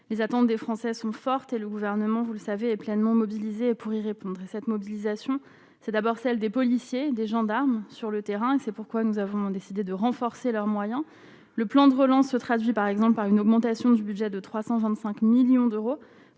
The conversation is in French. les attentes des Français sont fortes, et le gouvernement, vous le savez est pleinement mobilisé pour y répondre à cette mobilisation, c'est d'abord celle des policiers et des gendarmes sur le terrain et c'est pourquoi nous avons décidé de renforcer leurs moyens, le plan de relance se traduit par exemple par une augmentation du budget de 325 millions d'euros